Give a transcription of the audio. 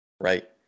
Right